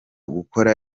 gukora